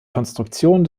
konstruktion